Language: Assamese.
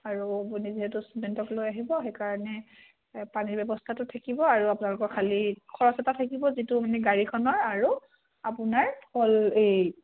আৰু আপুনি যিহেতু ষ্টুডেণ্টক লৈ আহিব সেইকাৰণে পানীৰ ব্যৱস্থাটো থাকিব আৰু আপোনালোকৰ খালী খৰচ এটা থাকিব যিটো মানে গাড়ীখনৰ আৰু আপোনাৰ ফল এই